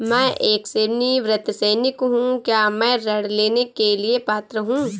मैं एक सेवानिवृत्त सैनिक हूँ क्या मैं ऋण लेने के लिए पात्र हूँ?